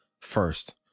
first